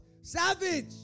savage